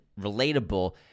relatable